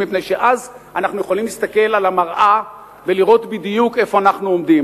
מפני שאז אנחנו יכולים להסתכל במראה ולראות בדיוק איפה אנחנו עומדים,